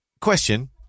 Question